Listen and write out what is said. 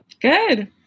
Good